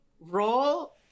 roll